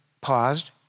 paused